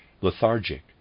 lethargic